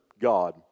God